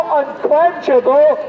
unquenchable